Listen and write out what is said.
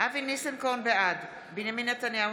בעד בנימין נתניהו,